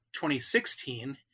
2016